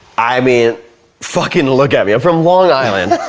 i mean fucking look at me. i'm from long island.